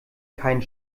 keinen